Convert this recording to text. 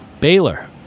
Baylor